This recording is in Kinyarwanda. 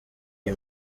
iyi